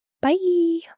Bye